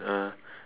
uh